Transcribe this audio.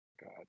God